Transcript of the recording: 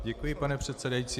Děkuji, pane předsedající.